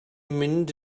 mynd